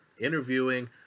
interviewing